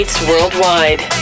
worldwide